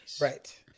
Right